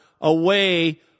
away